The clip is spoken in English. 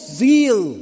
zeal